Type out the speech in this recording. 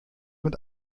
mit